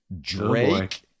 Drake